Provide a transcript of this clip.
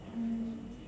mm